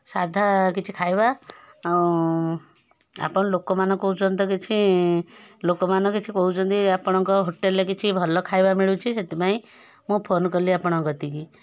ସାଧା କିଛି ଖାଇବା ଆଉ ଆପଣ ଲୋକମାନେ କହୁଛନ୍ତି ତ କିଛି ଲୋକମାନେ କିଛି କହୁଛନ୍ତି ଆପଣଙ୍କ ହୋଟେଲ୍ରେ କିଛି ଭଲ ଖାଇବା ମିଳୁଛି ସେଥିପାଇଁ ମୁଁ ଫୋନ୍ କଲି ଆପଣଙ୍କ କତିକି